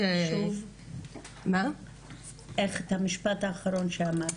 שוב את המשפט האחרון שאמרת,